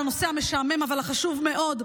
על הנושא המשעמם אבל החשוב מאוד.